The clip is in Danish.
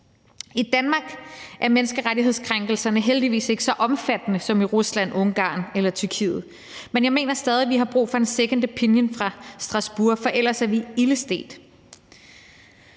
I Danmark er menneskerettighedskrænkelserne heldigvis ikke så omfattende som i Rusland, Ungarn eller Tyrkiet, men jeg mener stadig, at vi har brug for en second opinion fra Strasbourg, for ellers er vi ilde stedt.